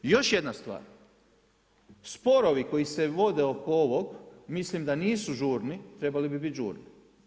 Još jedna stvar, sporovi koji se vode oko ovog mislim da nisu žurni, trebali biti žurni.